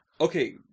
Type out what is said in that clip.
Okay